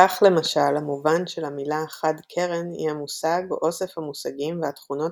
כך למשל המובן של המילה "חד-קרן" היא המושג או אוסף המושגים והתכונות